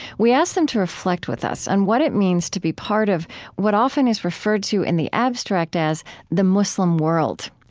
we asked them to reflect with us on what it means to be part of what often is referred to in the abstract as the muslim world.